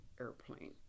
airplane